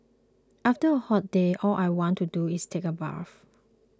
after a hot day all I want to do is take a bath